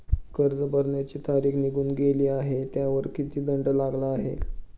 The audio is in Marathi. कर्ज भरण्याची तारीख निघून गेली आहे त्यावर किती दंड लागला आहे?